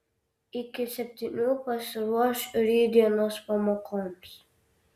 iki septynių pasiruoš rytdienos pamokoms